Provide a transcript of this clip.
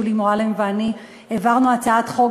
חברת הכנסת שולי מועלם ואני העברנו הצעת חוק